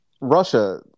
russia